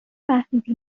فهمیدی